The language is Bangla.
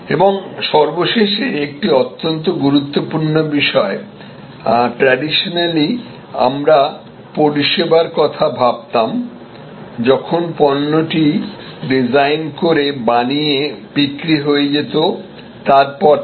এবং সর্বশেষে একটি অত্যন্ত গুরুত্বপূর্ণ বিষয় ট্রাডিশনালি আমরা পরিষেবার কথা ভাবতাম যখন পণ্যটি ডিজাইন করে বানিয়ে বিক্রি হয়ে যেত তারপর থেকে